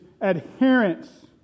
adherence